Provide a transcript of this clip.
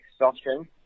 exhaustion